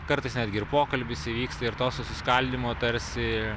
kartais netgi ir pokalbis įvyksta ir to susiskaldymo tarsi